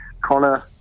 Connor